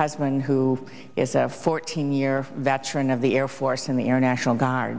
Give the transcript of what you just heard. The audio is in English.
husband who is a fourteen year veteran of the air force in the air national guard